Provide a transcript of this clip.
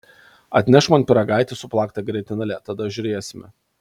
atnešk man pyragaitį su plakta grietinėle tada žiūrėsime